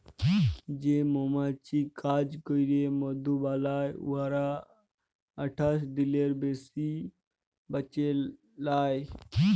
যে মমাছি কাজ ক্যইরে মধু বালাই উয়ারা আঠাশ দিলের বেশি বাঁচে লায়